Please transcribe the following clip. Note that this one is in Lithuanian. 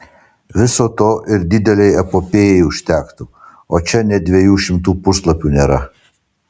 viso to ir didelei epopėjai užtektų o čia nė dviejų šimtų puslapių nėra